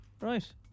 Right